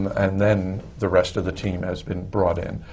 and then the rest of the team has been brought in.